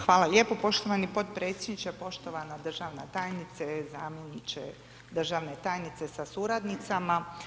Hvala lijepo poštovani potpredsjedniče, poštovana državna tajnice, zamjeniče državne tajnice sa suradnicama.